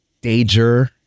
danger